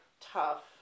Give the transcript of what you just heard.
tough